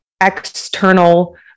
external